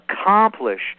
accomplish